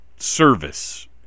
service